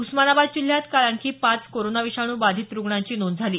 उस्मानाबाद जिल्ह्यात काल आणखी पाच कोरोना विषाणू बाधित रुग्णांची नोंद झाली